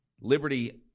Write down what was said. Liberty